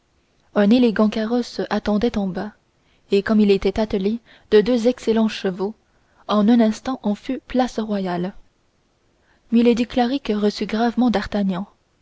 un élégant carrosse attendait en bas et comme il était attelé de deux excellents chevaux en un instant on fut place royale milady clarick reçut gracieusement d'artagnan